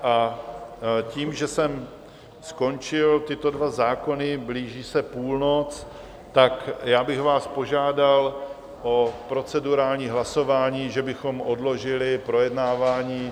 A tím, že jsem skončil tyto dva zákony, blíží se půlnoc, tak já bych vás požádal o procedurální hlasování, že bychom odložili projednávání...